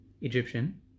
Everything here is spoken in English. Egyptian